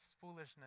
foolishness